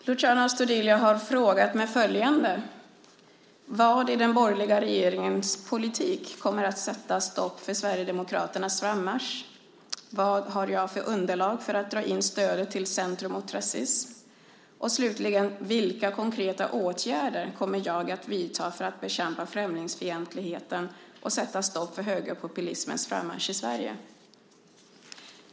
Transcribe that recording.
Luciano Astudillo har frågat mig följande: Vad i den borgerliga regeringens politik kommer att sätta stopp för Sverigedemokraternas frammarsch, vad har statsrådet för underlag för att dra in stödet till Centrum mot rasism, och slutligen vilka konkreta åtgärder kommer statsrådet att vidta för att bekämpa främlingsfientligheten och sätta stopp för högerpopulismens frammarsch i Sverige?